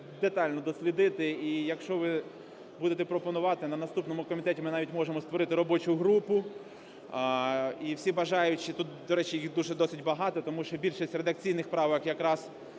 детально дослідити. І якщо ви будете пропонувати, на наступному комітеті ми навіть можемо створити робочу групу і всі бажаючі тут, до речі, їх досить багато, тому що більшість редакційних правок якраз